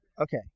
Okay